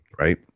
right